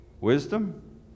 wisdom